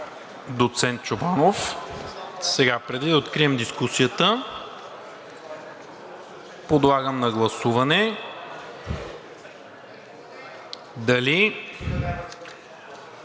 доцент Чобанов. Преди да открием дискусията, подлагам на гласуване дали